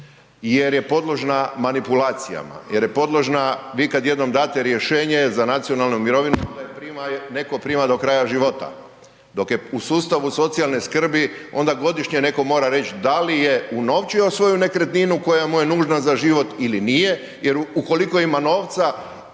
jer je podložna manipulacijama. Vi kada jednom date rješenje za nacionalnu mirovinu onda je neko prima do kraja život dok je u sustavu socijalne skrbi onda godišnje neko mora reći da li je unovčio svoju nekretninu koja mu je nužna za život ili nije jer ukoliko ima novca